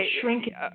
shrinking